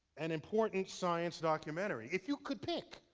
an important science documentary? if you could pick,